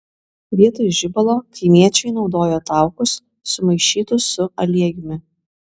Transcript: vietoj žibalo kaimiečiai naudojo taukus sumaišytus su aliejumi